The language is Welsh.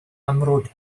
amrwd